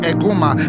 Eguma